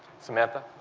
samantha